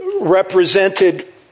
represented